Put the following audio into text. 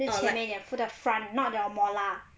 在前面一点 to the front not the molar